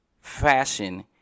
fashion